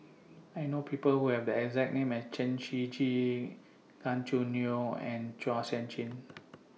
I know People Who Have The exact name as Chen Shiji Gan Choo Neo and Chua Sian Chin